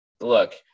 look